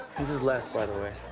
this is les, by the way.